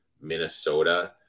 Minnesota